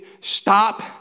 Stop